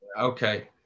Okay